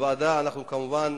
בוועדה אנחנו כמובן